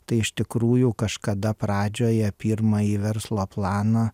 tai iš tikrųjų kažkada pradžioje pirmąjį verslo planą